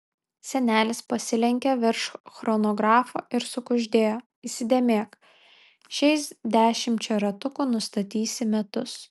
senelis pasilenkė virš chronografo ir sukuždėjo įsidėmėk šiais dešimčia ratukų nustatysi metus